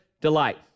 delight